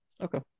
Okay